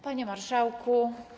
Panie Marszałku!